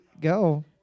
go